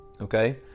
Okay